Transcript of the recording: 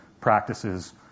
practices